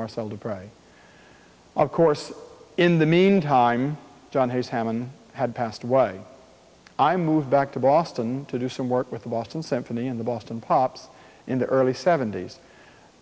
marcel to pray of course in the meantime john has haven't had passed away i moved back to boston to do some work with the boston symphony in the boston pops in the early seventy's